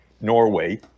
norway